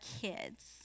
kids